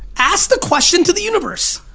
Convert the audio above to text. ask the question to the universe.